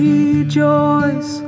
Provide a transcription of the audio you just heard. Rejoice